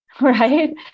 Right